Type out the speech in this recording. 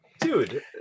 dude